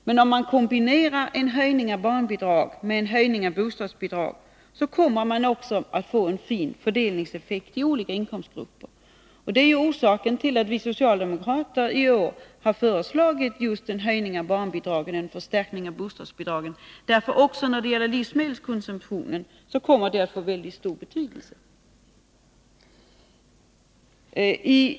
Men om man kombinerar en höjning av barnbidraget med en höjning av bostadsbidraget, kommer man att få en fin fördelningseffekt i olika inkomstgrupper. Det är orsaken till att vi socialdemokrater i år har föreslagit just en höjning av barnbidraget och en förstärkning av bostadsbidraget. Också för livsmedelskonsumtionen skulle dessa höjningar få väldigt stor betydelse.